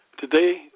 Today